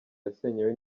yasenyewe